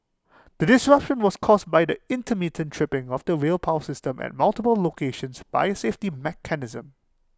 the disruption was caused by the intermittent tripping of the rail power system at multiple locations by A safety mechanism